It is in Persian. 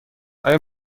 آیا